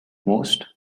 most